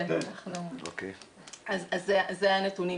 זה הנתונים